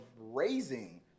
raising